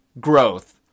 Growth